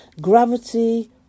Gravity